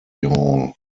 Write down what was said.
hall